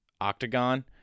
Octagon